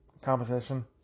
composition